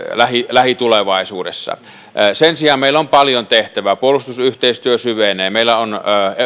lähitulevaisuudessa sen sijaan meillä on paljon tehtävää puolustusyhteistyö syvenee meillä on